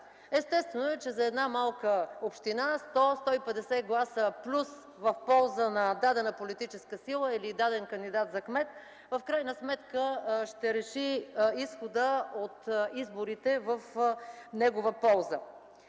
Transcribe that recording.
Естествено е, че за една малка община 100-150 гласа плюс, в полза на дадена политическа сила или даден кандидат за кмет, в крайна сметка ще решат изхода от изборите в тяхна полза.